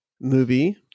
movie